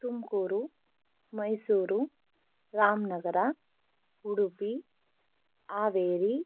Tumakuru Mysuru Ramanagara Udupi Haveri